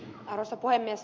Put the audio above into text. arvoisa puhemies